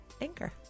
anchor